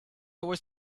was